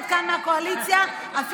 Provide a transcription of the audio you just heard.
את היית פה בקריאה הטרומית?